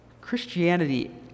christianity